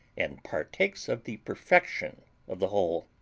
and partakes of the perfection of the whole.